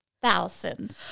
Thousands